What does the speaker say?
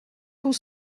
tout